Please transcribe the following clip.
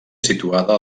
situada